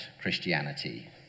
Christianity